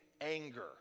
anger